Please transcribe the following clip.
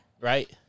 Right